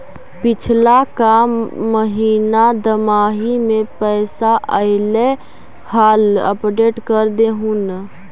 पिछला का महिना दमाहि में पैसा ऐले हाल अपडेट कर देहुन?